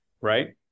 right